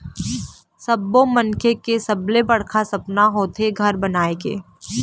सब्बो मनखे के सबले बड़का सपना होथे घर बनाए के